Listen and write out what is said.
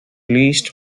least